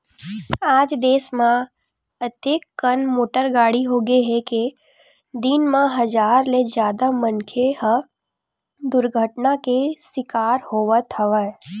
आज देस म अतेकन मोटर गाड़ी होगे हे के दिन म हजार ले जादा मनखे ह दुरघटना के सिकार होवत हवय